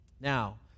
Now